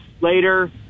later